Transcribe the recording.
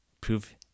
prove